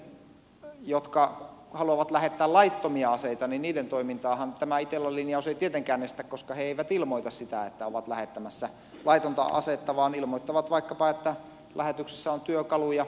niiden toimintaahan jotka haluavat lähettää laittomia aseita tämä itellan linjaus ei tietenkään estä koska he eivät ilmoita sitä että ovat lähettämässä laitonta asetta vaan ilmoittavat vaikkapa että lähetyksessä on työkaluja